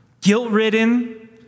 Guilt-ridden